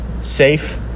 safe